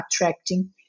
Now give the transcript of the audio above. attracting